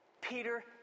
Peter